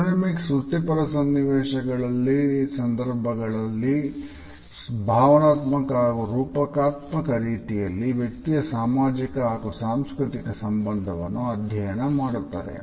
chronemics ವೃತ್ತಿಪರ ಸನ್ನಿವೇಶಗಳ ಸಂದರ್ಭದಲ್ಲಿ ಭಾವನಾತ್ಮಕ ಹಾಗೂ ರೂಪಕಾತ್ಮಕ ರೀತಿಯಲ್ಲಿ ವ್ಯಕ್ತಿಯ ಸಾಮಾಜಿಕ ಹಾಗೂ ಸಾಂಸ್ಕೃತಿಕ ಸಂಬಂಧವನ್ನು ಅಧ್ಯಯನ ಮಾಡುತ್ತದೆ